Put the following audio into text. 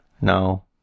no